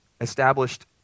established